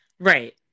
Right